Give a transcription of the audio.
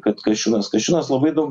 kad kasčiūnas kasčiūnas labai daug